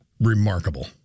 remarkable